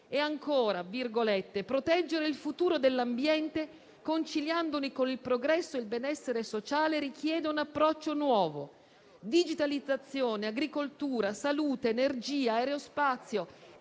Ancora: «Proteggere il futuro dell'ambiente, conciliandolo con il progresso e il benessere sociale, richiede un approccio nuovo: digitalizzazione, agricoltura, salute, energia, aerospazio,